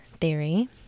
theory